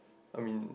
I mean